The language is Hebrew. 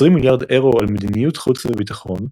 20 מיליארד אירו על מדיניות חוץ וביטחון,